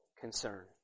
concern